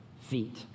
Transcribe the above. feet